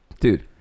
dude